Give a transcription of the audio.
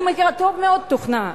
אני מכירה טוב מאוד תוכנה ומחשבים.